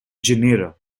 genera